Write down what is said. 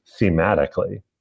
thematically